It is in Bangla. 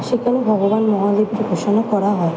সেখানে ভগবান মহাদেবকে উপাসনা করা হয়